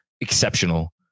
exceptional